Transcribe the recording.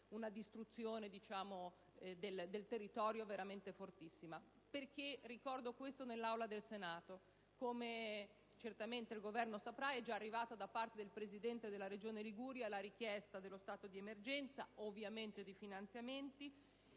una distruzione del territorio veramente forte. Ricordo questi eventi nell'Aula del Senato perché, come certamente il Governo saprà, è già arrivato da parte del Presidente della Regione Liguria la richiesta dello stato di emergenza, e ovviamente di finanziamenti,